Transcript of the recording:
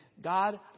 God